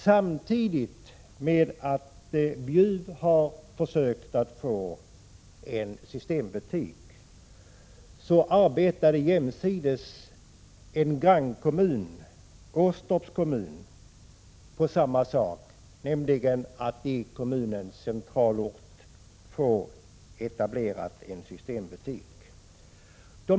Samtidigt som Bjuv har försökt att få en systembutik har även en grannkommun, Åstorps kommun, arbetat för att få en systembutik etablerad i kommunens centralort.